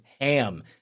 ham